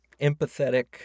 empathetic